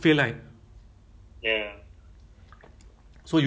the like not say down time ah macam